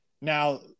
Now